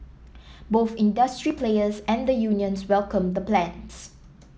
both industry players and the unions welcomed the plans